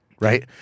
right